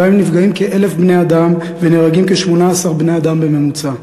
ובהן נפגעים כ-1,000 בני-אדם ונהרגים כ-18 בני-אדם בממוצע.